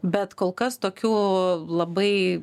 bet kol kas tokių labai